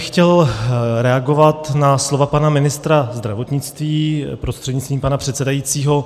Chtěl bych reagovat na slova pana ministra zdravotnictví prostřednictvím pana předsedajícího.